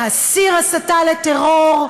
להסיר הסתה לטרור,